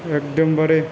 एखदमबारि